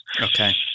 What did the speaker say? Okay